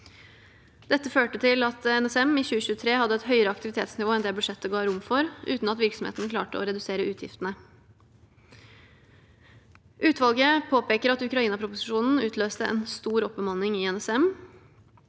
Dette førte til at NSM i 2023 hadde et høyere aktivitetsnivå enn det budsjettet ga rom for, uten at virksomheten klarte å redusere utgiftene. Utvalget påpeker at Ukraina-proposisjonen utløste en stor oppbemanning i NSM.